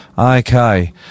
Okay